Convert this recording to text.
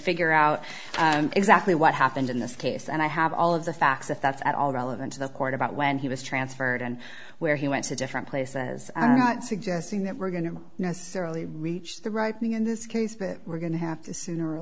figure out exactly what happened in this case and i have all of the facts if that's at all relevant to the court about when he was transferred and where he went to different places and i'm not suggesting that we're going to necessarily reach the right thing in this case bit we're going to have to sooner or